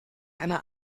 einer